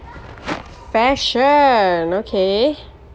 fashion okay